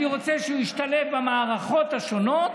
אני רוצה שהוא ישתלב במערכות השונות.